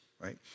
right